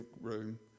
room